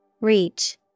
Reach